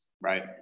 right